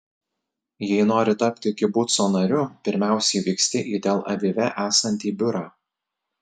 jei nori tapti kibuco nariu pirmiausiai vyksti į tel avive esantį biurą